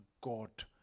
God